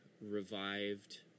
revived